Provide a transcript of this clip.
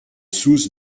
south